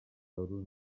euros